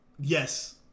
Yes